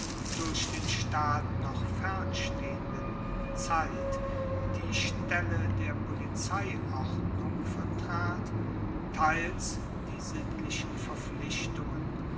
durch den staat noch fernstehenden zeit die stelle der polizeiordnung vertrat teils die sittlichen verpflichtungen